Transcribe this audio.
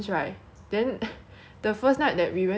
if you go to philippines you of course must eat Jollibee right